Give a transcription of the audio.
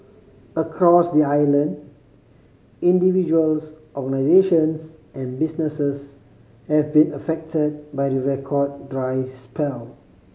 across the island individuals organisations and businesses have been affected by the record dry spell